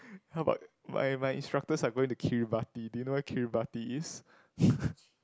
how about my my instructors are going to Kiribati do you know where Kiribati is